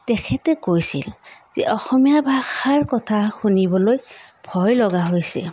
তেখেতে কৈছিল যে অসমীয়া ভাষাৰ কথা শুনিবলৈ ভয় লগা হৈছে